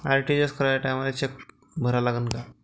RTGS कराच्या टायमाले cheque भरा लागन का?